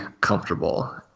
comfortable